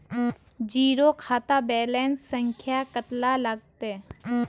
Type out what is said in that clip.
Zero खाता balance संख्या कतला लगते?